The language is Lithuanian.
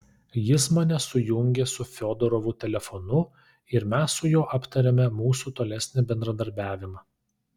jis mane sujungė su fiodorovu telefonu ir mes su juo aptarėme mūsų tolesnį bendradarbiavimą